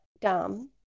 dumb